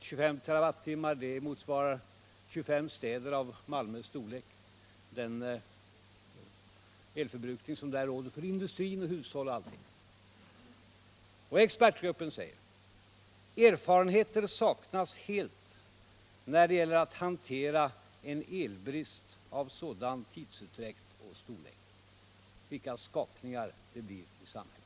25 terawattimmar motsvarar elförbrukningen i 25 städer av Malmös storlek, för industri, hushåll och allt. Expertgruppen säger: Erfarenheter saknas helt när det gäller att hantera en elbrist av sådan tidsutdräkt och storlek. Vilka skakningar det blir i samhället!